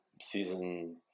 season